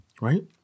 Right